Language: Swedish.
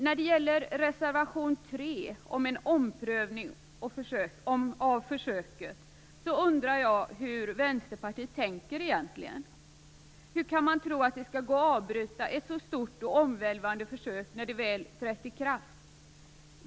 När det gäller reservation 3, om en omprövning av försöket, undrar jag hur Vänsterpartiet egentligen tänker. Hur kan man tro att det skall gå att avbryta ett så stort och omvälvande försök när det väl trätt i kraft?